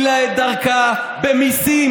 שב.